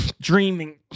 dreaming